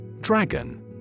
Dragon